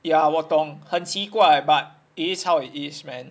ya 我懂很奇怪 but it is how it is man